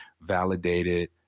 validated